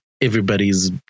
everybody's